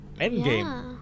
endgame